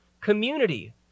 community